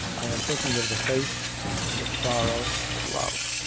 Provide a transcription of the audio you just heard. i am thinking of the faith and of sorrow and of love.